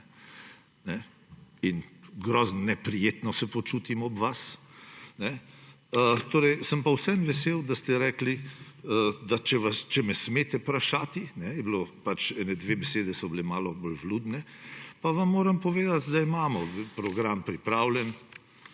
in grozno neprijetno se počutim ob vas, sem pa vseeno vesel, da ste rekli, da če me smete vprašati. Pač, ene dve besede sta bili malo bolj vljudni, pa vam moram povedati, da imamo program pripravljen,